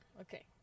okay